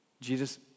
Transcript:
Jesus